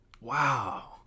Wow